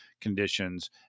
conditions